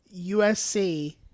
USC